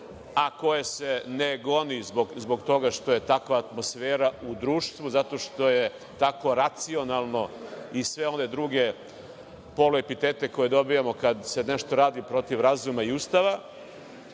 a koje se ne goni zbog toga što je takva atmosfera u društvu, zato što je takva racionalna, i sve one druge poluepitete koje dobijamo kada se nešto radi protiv razuma i Ustava,